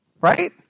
Right